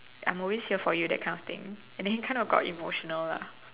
I'm always here for you that kind of thing and then he kind of got emotional lah